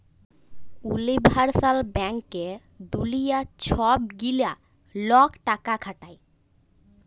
universal ব্যাংকে দুলিয়ার ছব গিলা লক টাকা খাটায়